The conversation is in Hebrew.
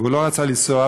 והוא לא רצה לנסוע.